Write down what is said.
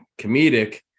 comedic